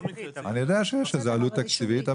אני יודע שיש לזה עלות תקציבית.